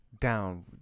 down